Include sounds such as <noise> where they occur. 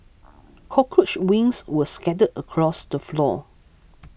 <noise> cockroach wings were scattered across the floor